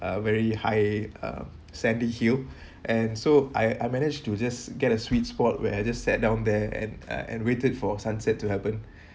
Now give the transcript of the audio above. uh very high uh sandy hill and so I I manage to just get a sweet spot where I just sat down there and uh and waited for sunset to happen